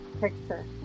Picture